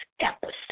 Episode